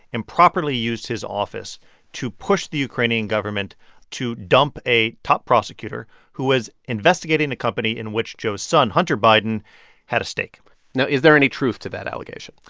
improperly used his office to push the ukrainian government to dump a top prosecutor who was investigating a company in which joe's son hunter biden had a stake now, is there any truth to that allegation?